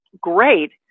great